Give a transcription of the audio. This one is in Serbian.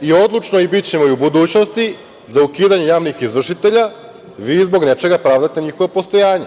i odlučno i bićemo i u budućnosti za ukidanje javnih izvršitelja. Vi zbog nečega pravdate njihovo postojanje.